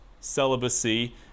celibacy